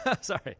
Sorry